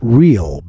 real